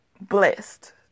blessed